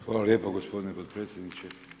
Hvala lijepa gospodine potpredsjedniče.